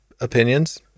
opinions